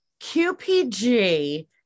QPG